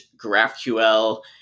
GraphQL